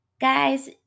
Guys